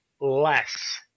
less